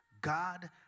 God